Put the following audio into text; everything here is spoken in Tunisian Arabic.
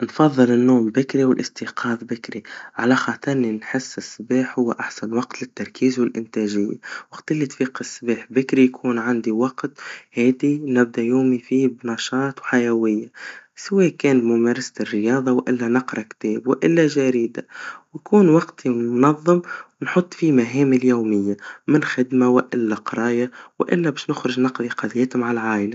نفضل النوم بكري, والاستيقاظ بكري, على خاطر اللي نحس الصباح هوا أحسن وقت للتركيز والإنتاجيا, وقت اللي تفيق الصباح بكري, يكون عندي وقت هادي, نبدا يومي فيه بنشاط وحيويا, سوا كان ممارسة الرياضا, وإلا نقرا كتاب, وإلا جريدا, ويكون وقتي منظم, ونحط فيه مهامي اليوميا, من خدما وإلا قرايا, وإلا باش نخرج نقضي قضيت مع العائلا.